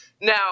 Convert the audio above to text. Now